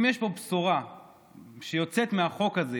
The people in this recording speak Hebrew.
אם יש פה בשורה שיוצאת מהחוק הזה,